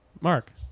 Mark